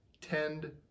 Tend